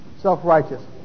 Self-righteous